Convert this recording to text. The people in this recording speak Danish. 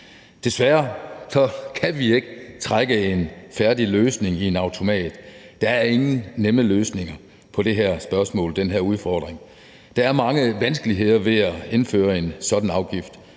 Desværre kan vi ikke trække en færdig løsning i en automat. Der er ingen nemme løsninger på den her udfordring. Der er mange vanskeligheder ved at indføre en sådan afgift.